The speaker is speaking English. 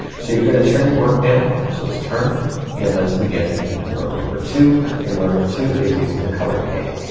so you're gonna turn your work now, so let's turn and let's begin row number two and row number two is using the color a.